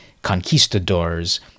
conquistadors